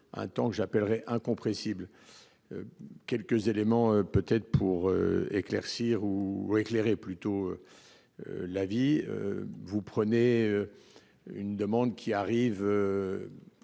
Un tant que j'appellerai incompressible. Quelques éléments peut-être pour éclaircir ou éclairées plutôt. La vie vous prenez. Une demande qui arrive.